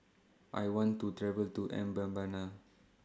I want to travel to Mbabana